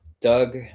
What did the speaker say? Doug